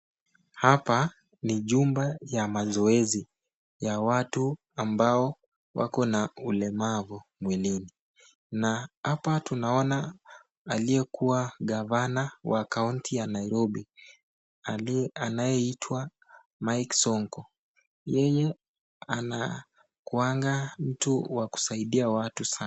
Hapa ni jumba ya mazoezi ya watu ambao wakona ulemavu mwilini. Na hapa tunaona aliyekuwa gavana wa kaunti ya Nairobi anayeitwa Mike Sonko, yeye anakuaga mtu wa kusaidia watu sana.